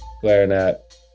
clarinet